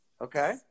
okay